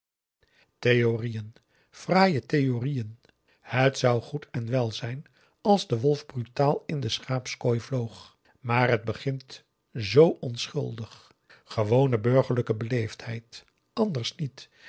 theorieën fraaie theorieën het zou goed en wel zijn als de wolf brutaal in de schaapskooi vloog maar het begint zoo onschuldig gewone burgerlijke beleefdheid anders niet